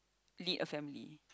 lead a family